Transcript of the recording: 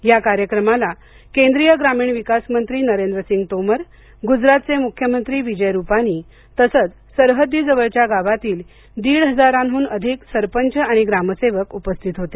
या कार्यक्रमाला केंद्रीय ग्रामीण विकास मंत्री नरेंद्र सिंग तोमर गुजरातचे मुख्यमंत्री विजय रूपानी तसंच सरहद्दी जवळच्या गावांतील दीड हजारांहून अधिक सरपंच आणि ग्रामसेवक उपस्थित होते